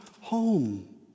home